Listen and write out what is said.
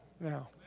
now